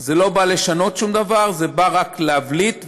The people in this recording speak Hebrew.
זה לא בא לשנות שום דבר, זה בא רק להבליט וכו'.